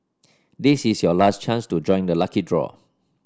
this is your last chance to join the lucky draw